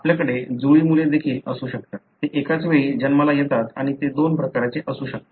आपल्याकडे जुळी मुले देखील असू शकतात ते एकाच वेळी जन्माला येतात आणि ते दोन प्रकारचे असू शकतात